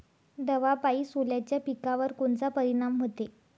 दवापायी सोल्याच्या पिकावर कोनचा परिनाम व्हते?